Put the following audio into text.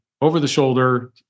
over-the-shoulder